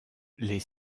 les